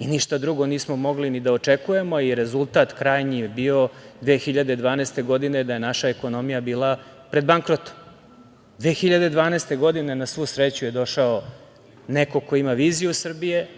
Ništa drugo nismo mogli ni da očekujemo i rezultat krajnji je bio, 2012. godine da je naša ekonomija bila pred bankrotom. Na svu sreću, 2012. godine, je došao neko ko ima viziju Srbije